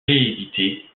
réédité